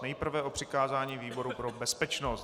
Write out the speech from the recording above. Nejprve o přikázání výboru pro bezpečnost.